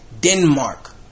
Denmark